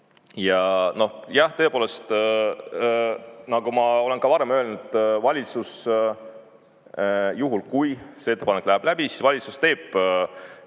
Jah tõepoolest, nagu ma olen ka varem öelnud, juhul kui see ettepanek läheb läbi, siis valitsus teeb